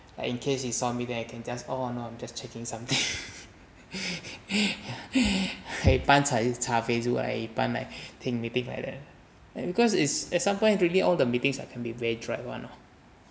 ah in case he saw me then I can just oh no I'm just checking something 一半查查 facebook ah 一半 like 听 meeting like that hbecause it's at some point it really all the meetings ah can be very dried one ah